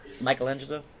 Michelangelo